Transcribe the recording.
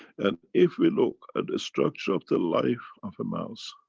and if we look at the structure of the life of a mouse.